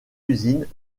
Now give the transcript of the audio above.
usines